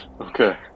Okay